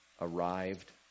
arrived